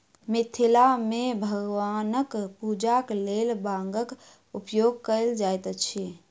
मिथिला मे भगवानक पूजाक लेल बांगक उपयोग कयल जाइत अछि